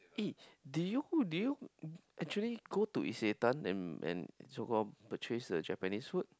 eh do you who do you actually go to Isetan and and so called purchase the Japanese food